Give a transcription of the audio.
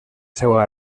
seua